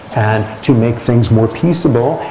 and to make things more peaceable,